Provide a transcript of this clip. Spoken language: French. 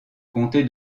comté